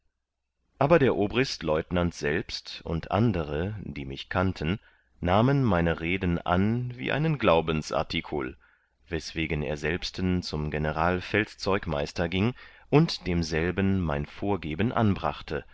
aber der obristleutenant selbst und andere die mich kannten nahmen meine reden an wie einen glaubensartikul weswegen er selbsten zum generalfeldzeugmeister gieng und demselben mein vorgeben anbrachte